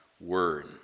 word